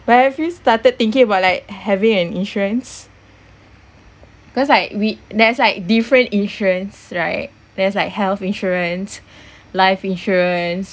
but have you start thinking about like having an insurance cause like we there's like different insurance right there's like health insurance life insurance